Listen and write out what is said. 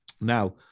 Now